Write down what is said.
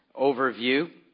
overview